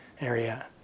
area